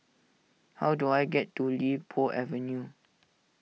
how do I get to Li Po Avenue